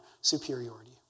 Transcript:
superiority